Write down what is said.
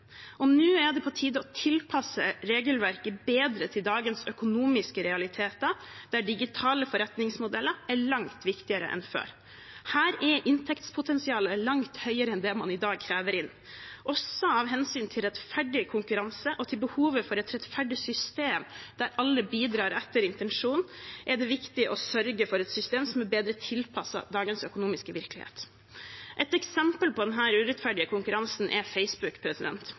Nå er det på tide å tilpasse regelverket bedre til dagens økonomiske realiteter, der digitale forretningsmodeller er langt viktigere enn før. Her er inntektspotensialet langt høyere enn det man i dag krever inn. Også av hensyn til rettferdig konkurranse og behovet for et rettferdig system der alle bidrar etter intensjonen, er det viktig å sørge for et system som er bedre tilpasset dagens økonomiske virkelighet. Et eksempel på denne urettferdige konkurransen er Facebook.